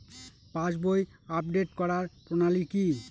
পাসবই update করার প্রণালী কি?